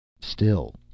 Still